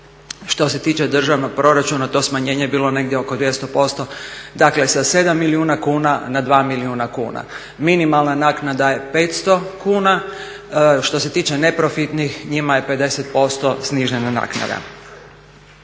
što se tiče državnog proračuna, to smanjenje bilo negdje oko 200%, dakle sa 7 milijuna kuna na 2 milijuna kuna. Minimalna naknada je 500 kuna, što se tiče neprofitnih, njima je 50% snižena naknada.